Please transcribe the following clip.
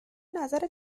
نظر